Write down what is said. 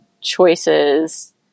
choices